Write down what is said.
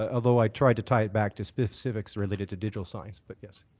ah although i tried to tie it back to specifics related to digital signs, but yes.